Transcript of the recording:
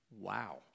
Wow